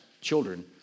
children